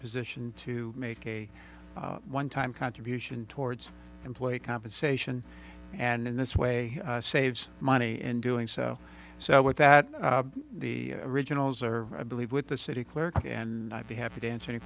position to make a one time contribution towards employee compensation and in this way saves money in doing so so with that the originals are i believe with the city clerk and i'd be happy to answer any